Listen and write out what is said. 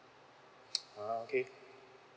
ah okay